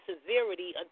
severity